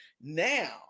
Now